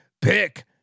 Pick